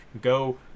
Go